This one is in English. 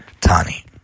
tani